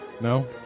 no